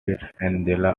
angela